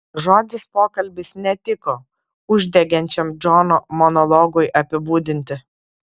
žodis pokalbis netiko uždegančiam džono monologui apibūdinti